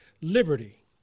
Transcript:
liberty